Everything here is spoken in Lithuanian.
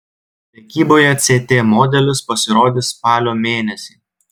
prekyboje ct modelis pasirodys spalio mėnesį